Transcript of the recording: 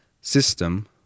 system